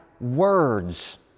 words